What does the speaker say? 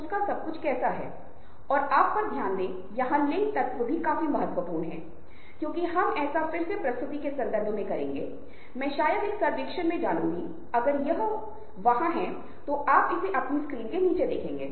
follow up उन संपर्कों को बनाए रखें जो बहुत महत्वपूर्ण हैं क्योंकि दोस्ती स्थापित करना बहुत आसान है लेकिन उसे बनाए रखना बहुत कठिन है और आपको उस पर काम करने की आवश्यकता है